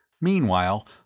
Meanwhile